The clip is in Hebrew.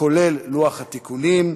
כולל לוח התיקונים.